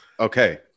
Okay